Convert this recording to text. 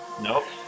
Nope